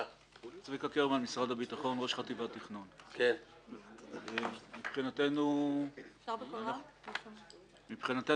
מבחינתנו, אנחנו כאמור נערכנו ל-1 ביולי.